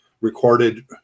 recorded